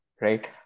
right